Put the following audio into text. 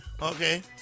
Okay